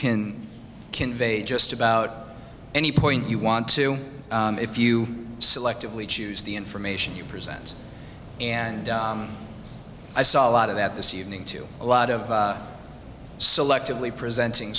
can convey just about any point you want to if you selectively choose the information you present and i saw a lot of that this evening too a lot of selectively presenting